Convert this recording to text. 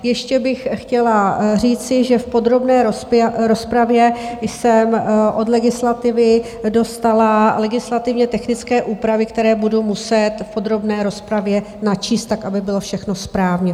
Ještě bych chtěla říci, že v podrobné rozpravě jsem od legislativy dostala legislativně technické úpravy, které budu muset v podrobné rozpravě načíst tak, aby bylo všechno správně.